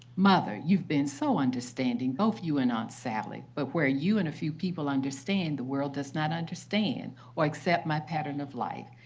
mother, you've been so understanding, both you and sally. but where you and a few people understand, the world does not understand or accept my pattern of life.